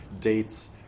dates